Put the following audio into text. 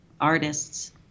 Artists